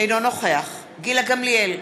אינו נוכח גילה גמליאל,